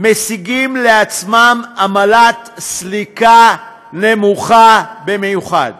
משיגים לעצמם עמלת סליקה נמוכה במיוחד,